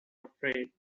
afraid